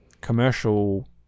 commercial